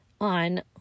on